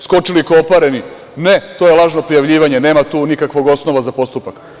Skočili kao opareni – ne, to je lažno prijavljivanje, nema tu nikakvog osnova za postupak.